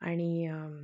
आणि